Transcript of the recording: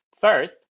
first